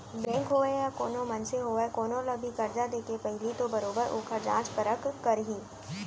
bank होवय या कोनो मनसे होवय कोनो ल भी करजा देके पहिली तो बरोबर ओखर जाँच परख करही